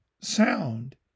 sound